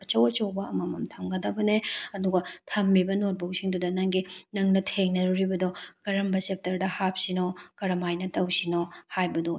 ꯑꯆꯧ ꯑꯆꯧꯕ ꯑꯃꯃꯝ ꯊꯝꯒꯗꯕꯅꯦ ꯑꯗꯨꯒ ꯊꯝꯃꯤꯕ ꯅꯣꯠꯕꯨꯛꯁꯤꯡꯗꯨꯗ ꯅꯪꯒꯤ ꯅꯪꯅ ꯊꯦꯡꯅꯔꯨꯔꯤꯕꯗꯣ ꯀꯔꯝꯕ ꯆꯦꯞꯇꯔꯗ ꯍꯥꯞꯁꯤꯅꯣ ꯀꯔꯝꯍꯥꯏꯅ ꯇꯧꯁꯤꯅꯣ ꯍꯥꯏꯕꯗꯨ